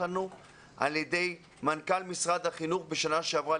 לנו על ידי מנכ"ל משרד החינוך בשנה שעברה,